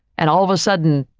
and all of a sudden,